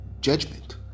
judgment